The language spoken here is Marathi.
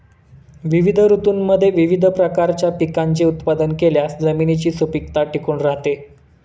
विविध ऋतूंमध्ये विविध प्रकारच्या पिकांचे उत्पादन केल्यास जमिनीची सुपीकता टिकून राहते